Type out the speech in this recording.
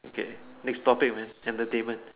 okay next topic man entertainment